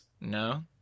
No